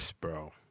bro